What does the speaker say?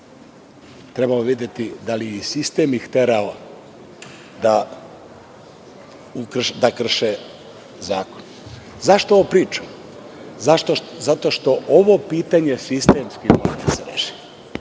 Trebalo bi videti da li ih sistem terao da krše zakon.Zašto ovo pričam? Zato što ovo pitanje sistemski mora da se reši.